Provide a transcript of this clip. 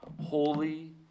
holy